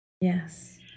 Yes